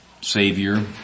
Savior